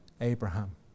Abraham